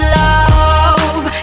love